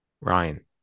Ryan